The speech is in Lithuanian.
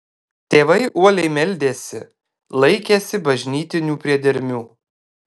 tėvai uoliai meldėsi laikėsi bažnytinių priedermių